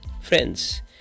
Friends